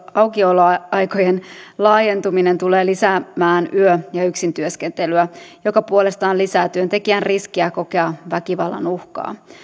aukioloaikojen laajentuminen tulee lisäämään yö ja yksintyöskentelyä mikä puolestaan lisää työntekijän riskiä kokea väkivallan uhkaa